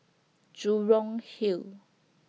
Jurong Hill